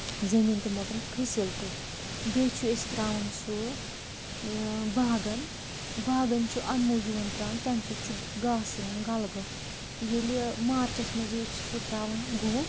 زٔمیٖن تہِ مۄٹان تہٕ کھسیٖل تہِ بییہِ چھِ أسۍ تراوَان سُہ باغَن باغن چھُ امہِ موٗجوٗب تراوَان تمہِ سۭتۍ چھُ گاسہٕ یِوَان غلبہٕ ییٚلہِ مارچس منٛز أسۍ چھِ سُہ تراوَان گُہہ